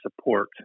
support